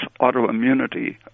autoimmunity